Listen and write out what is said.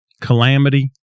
calamity